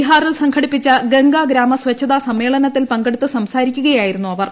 ബീഹാറിൽ സംഘടിപ്പിച്ച ഗംഗാഗ്രാമ സച്ഛതാ സമ്മേളനത്തിൽ പങ്കെടുത്തു സംസാരിക്കുകയായിരുന്നു അവർ